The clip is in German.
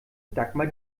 dagmar